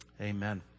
Amen